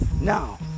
now